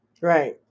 Right